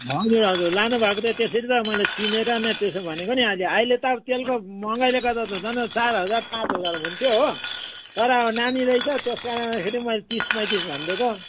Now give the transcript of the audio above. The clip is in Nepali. हजुर हजुर लानुभएको थियो त्यसरी त मैले चिनेर नै त्यसो भनेको नि अहिले अहिले त तेलको महँगाइले गर्दा त झन् चार हजार पाँच हजार हुन्थ्यो हो तर अब नानी रहेछ त्यस कारणले गर्दाखेरि मैले तिस पैँतिस भनिदिएको